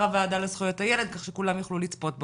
הוועדה לזכויות הילד כך שכולם יוכלו לצפות בו.